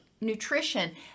nutrition